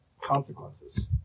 consequences